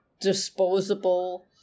disposable